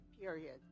period